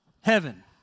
heaven